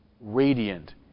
radiant